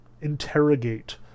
interrogate